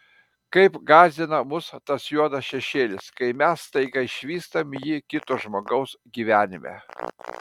kaip gąsdina mus tas juodas šešėlis kai mes staiga išvystam jį kito žmogaus gyvenime